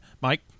Mike